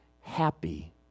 happy